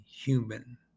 human